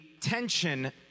tension